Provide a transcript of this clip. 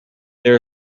there